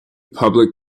public